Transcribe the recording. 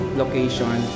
location